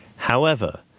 however,